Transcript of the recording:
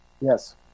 Yes